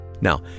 Now